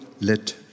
let